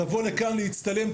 לבוא לכאן להצטלם,